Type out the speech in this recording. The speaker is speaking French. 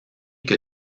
que